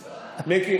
שנייה, מיקי.